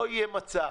לא יהיה מצב.